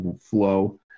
flow